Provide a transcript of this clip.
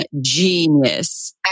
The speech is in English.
genius